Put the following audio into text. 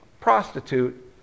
prostitute